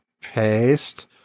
paste